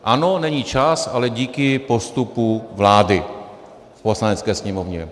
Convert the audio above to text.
Ano, není čas, ale díky postupu vlády v Poslanecké sněmovně.